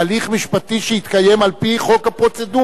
משפטי שיתקיים על-פי חוק הפרוצדורה.